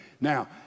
Now